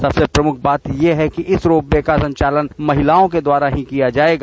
सबसे प्रमुख बात ये है कि इस रोप वे का संचालन महिलाओं द्वारा ही किया जायेगा